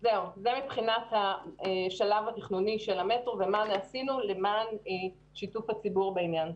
זה מבחינת השלב התכנוני של המטרו ומה עשינו למען שיתוף הציבור בעניין.